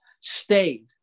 stayed